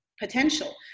potential